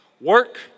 Work